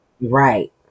Right